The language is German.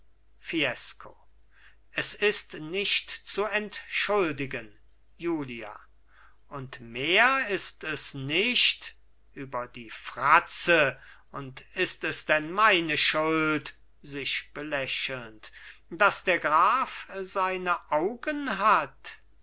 fiesco es ist nicht zu entschuldigen julia und mehr ist es nicht über die fratze und ist es denn meine schuld sich belächelnd daß der graf seine augen hat